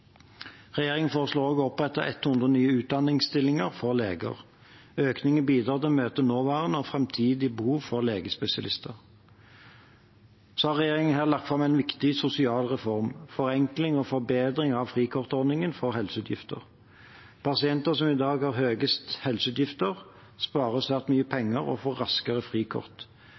Regjeringen foreslår å opprette 100 nye utdanningsstillinger for leger. Økningen bidrar til å møte nåværende og framtidige behov for legespesialister. Regjeringen har lagt fram en viktig sosial reform: forenkling og forbedring av frikortordningen for helseutgifter. Pasienter som i dag har høyest helseutgifter, sparer svært mye penger og får raskere frikort.